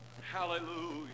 Hallelujah